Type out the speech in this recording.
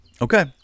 Okay